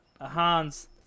Hans